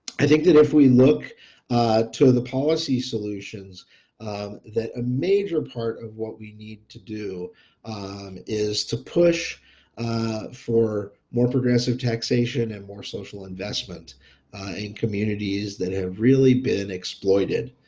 i think that if we look to the policy solutions that a major part of what we need to do is to push for more progressive taxation and more social investment in communities that have really been exploited